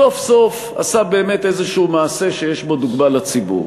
סוף-סוף עשה איזשהו מעשה שיש בו דוגמה לציבור.